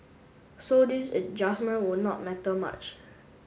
so this adjustment would not matter much